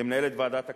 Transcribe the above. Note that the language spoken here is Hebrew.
למנהלת ועדת הכלכלה,